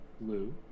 Blue